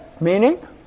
meaning